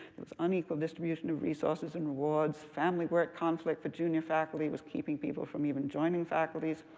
was unequal distribution of resources and rewards, family-work conflict for junior faculty was keeping people from even joining faculties,